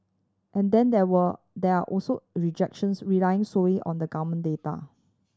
and then there were there are also rejections relying solely on the government data